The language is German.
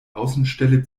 außenstelle